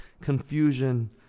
confusion